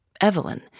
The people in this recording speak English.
Evelyn